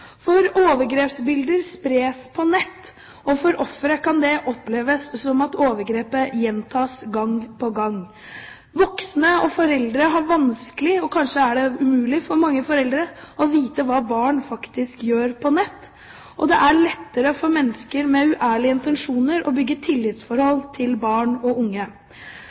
Overgrepsbilder spres på nett, og for offeret kan det oppleves som at overgrepet gjentas gang på gang. Voksne og foreldre har vanskelig – og kanskje er det umulig for mange foreldre – å vite hva barn faktisk gjør på nett, og det gjør det lettere for mennesker med uærlige intensjoner å bygge tillitsforhold til barn og unge.